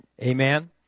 Amen